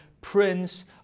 prince